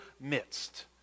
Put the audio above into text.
midst